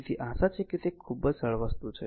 તેથી આશા છે કે તે ખૂબ જ સરળ વસ્તુ છે